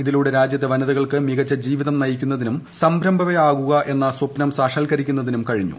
ഇതിലൂടെ രാജ്യത്തെ വനിതകൾക്ക് മികച്ച ജീവിതം നയിക്കുന്നതിനും സംരംഭകയാകുകയെന്ന സ്വപ്നം സാക്ഷാത്കരിക്കുന്നതിനും കഴിഞ്ഞു